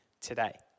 today